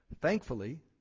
Thankfully